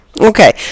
Okay